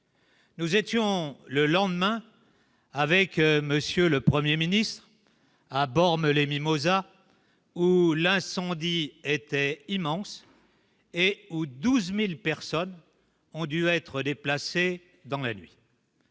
nous étions le lendemain avec Monsieur le 1er ministre à Bormes-les-Mimosas, où l'incendie était immense et où 12000 personnes ont dû être déplacés dans la nuit,